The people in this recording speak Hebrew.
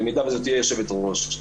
במידה וזאת תהיה יושבת ראש.